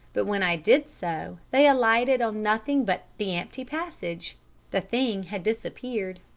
but when i did so, they alighted on nothing but the empty passage the thing had disappeared.